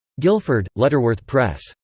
guildford lutterworth press.